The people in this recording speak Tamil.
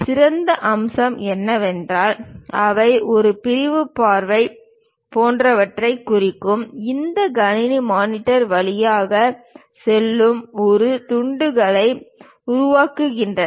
சிறந்த அம்சம் என்னவென்றால் அவை ஒரு பிரிவு பார்வை போன்றவற்றைக் குறிக்கும் இந்த கணினி மானிட்டர் வழியாக செல்லும் ஒரு துண்டுகளை உருவாக்குகின்றன